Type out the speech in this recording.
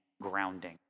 grounding